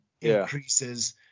increases